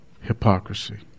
hypocrisy